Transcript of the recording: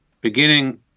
beginning